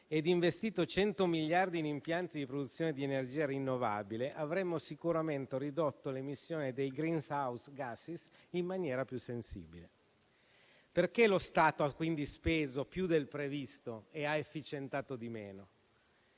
ed investito 100 miliardi in impianti di produzione di energia rinnovabile, avremmo sicuramente ridotto l'emissione dei *greenhouse* *gas* in maniera più sensibile. Perché lo Stato ha quindi speso più del previsto e ha efficientato di meno?